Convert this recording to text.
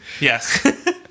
Yes